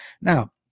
Now